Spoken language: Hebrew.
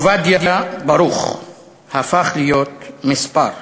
עובדיה ברוך הפך להיות מספר.